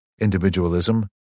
individualism